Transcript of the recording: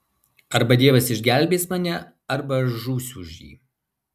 arba dievas išgelbės mane arba aš žūsiu už jį